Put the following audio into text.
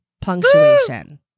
punctuation